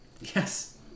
Yes